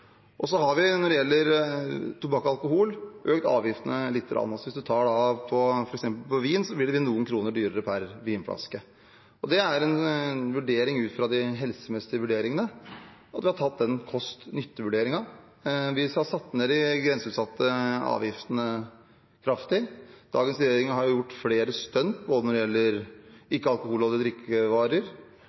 økt avgiftene lite grann. For eksempel for vin vil det bli noen kroner dyrere per vinflaske. Det er ut fra en helsemessig vurdering at vi har tatt den kost–nytte-vurderingen. Vi har satt ned de grenseutsatte avgiftene kraftig. Dagens regjering har gjort flere stunt – ikke på alkoholholdige drikkevarer – men når det gjelder